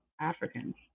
africans